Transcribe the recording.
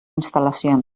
instal·lacions